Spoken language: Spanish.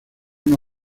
una